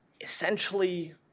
essentially